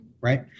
right